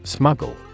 Smuggle